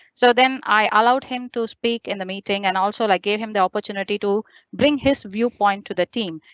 so then i allowed him to speak in the meeting and also like gave him the opportunity to bring his viewpoint to the team.